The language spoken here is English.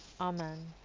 Amen